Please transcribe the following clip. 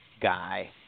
guy